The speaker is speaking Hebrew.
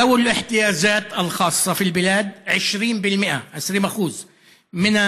האנשים עם הצרכים המיוחדים במדינה הם 20% מהתושבים,